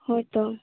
ᱦᱳᱭ ᱛᱚ